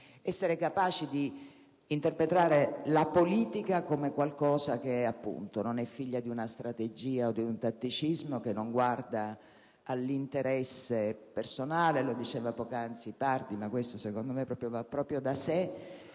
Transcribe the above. essere capaci di interpretare la politica come qualcosa che non è figlia di una strategia o di un tatticismo, che non guarda all'interesse personale (lo diceva poc'anzi il senatore Pardi, ma questo secondo me va da sé),